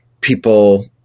people